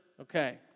Okay